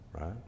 right